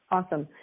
Awesome